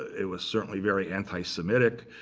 it was certainly very anti-semitic.